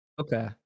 Okay